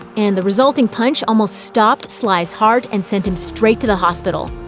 and the resulting punch almost stopped sly's heart and sent him straight to the hospital.